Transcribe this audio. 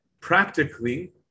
Practically